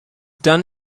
done